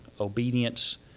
obedience